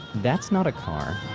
that's not a car